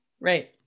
Right